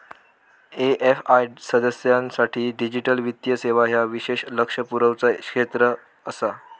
AFI सदस्यांसाठी digital वित्तीय सेवा ह्या विशेष लक्ष पुरवचा एक क्षेत्र आसा